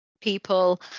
people